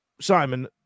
Simon